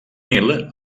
nil